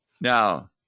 Now